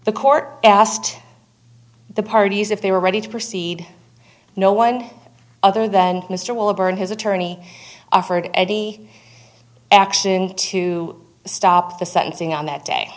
the court asked the parties if they were ready to proceed no one other than mr will burn his attorney offered eddie action to stop the sentencing on that day